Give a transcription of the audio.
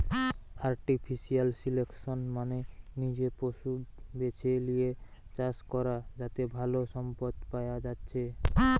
artificial selection মানে নিজে পশু বেছে লিয়ে চাষ করা যাতে ভালো সম্পদ পায়া যাচ্ছে